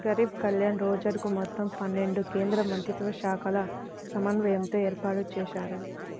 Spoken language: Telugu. గరీబ్ కళ్యాణ్ రోజ్గర్ మొత్తం పన్నెండు కేంద్రమంత్రిత్వశాఖల సమన్వయంతో ఏర్పాటుజేశారు